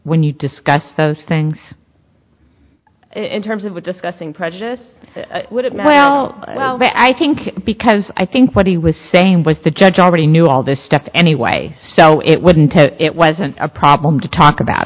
when you discuss those things in terms of discussing prejudice well i think because i think what he was saying was the judge already knew all this stuff anyway so it wouldn't it wasn't a problem to talk about